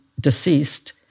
deceased